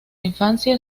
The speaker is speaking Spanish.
infancia